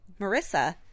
Marissa